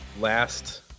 last